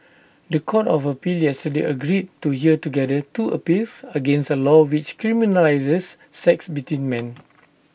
The Court of appeal yesterday agreed to hear together two appeals against A law which criminalises sex between men